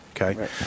okay